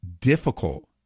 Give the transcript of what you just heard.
difficult